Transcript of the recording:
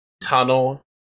tunnel